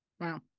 Wow